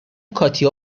کاتیا